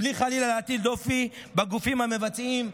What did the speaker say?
בלי חלילה להטיל דופי בגופים המבצעים.